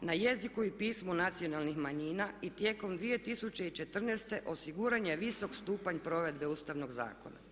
na jeziku i pismu nacionalnih manjina i tijekom 2014. osiguran je visok stupanj provedbe Ustavnog zakona.